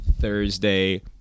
Thursday